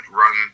run